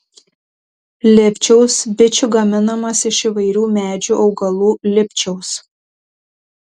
lipčiaus bičių gaminamas iš įvairių medžių augalų lipčiaus